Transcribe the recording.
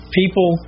people